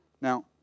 Now